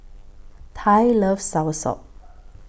Ty loves Soursop